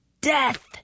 death